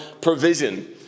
provision